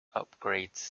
upgrades